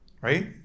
right